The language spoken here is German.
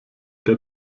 der